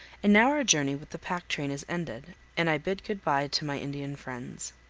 and now our journey with the pack train is ended, and i bid good-by to my indian friends.